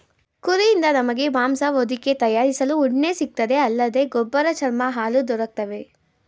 ಕುರಿಯಿಂದ ನಮಗೆ ಮಾಂಸ ಹೊದಿಕೆ ತಯಾರಿಸಲು ಉಣ್ಣೆ ಸಿಗ್ತದೆ ಅಲ್ಲದೆ ಗೊಬ್ಬರ ಚರ್ಮ ಹಾಲು ದೊರಕ್ತವೆ